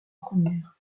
première